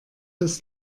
das